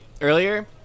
Earlier